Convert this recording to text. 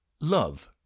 love